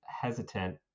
hesitant